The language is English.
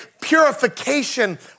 purification